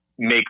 make